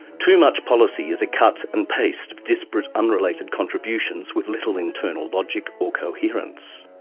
too much policy is a cut and paste of disparate unrelated contributions with little internal logic or coherence.